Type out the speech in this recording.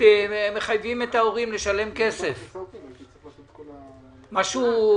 הוא צריך לתת תשובה גם לגבי המשפחתונים,